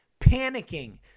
panicking